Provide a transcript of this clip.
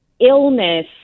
illness